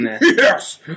Yes